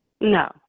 No